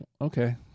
okay